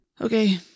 Okay